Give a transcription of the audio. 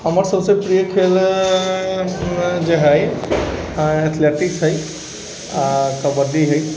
हमर सभसँ प्रिय खेल जे हइ एथलेटिक्स हइ आ कबड्डी हइ